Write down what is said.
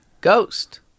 ghost